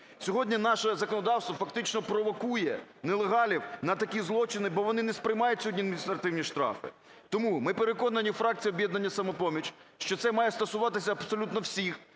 Сьогодні наше законодавство фактично провокує нелегалів на такі злочини, бо вони не сприймають сьогодні адміністративні штрафи. Тому ми переконані, фракція "Об'єднання "Самопоміч", що це має стосуватись абсолютно всіх.